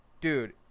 Dude